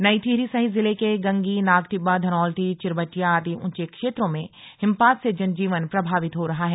नई टिहरी सहित जिले के गंगी नाग टिब्बा धनौल्टी चिरबटिया आदि ऊंचे क्षेत्रों में हिमपात से जनजीवन प्रभावित हो रहा है